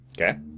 okay